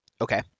Okay